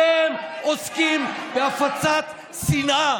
שניהם עוסקים בהפצת שנאה,